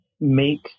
make